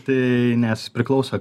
tai nes priklauso